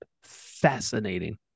fascinating